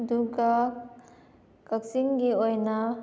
ꯑꯗꯨꯒ ꯀꯛꯆꯤꯡꯒꯤ ꯑꯣꯏꯅ